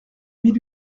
mille